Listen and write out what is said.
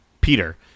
Peter